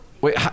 Wait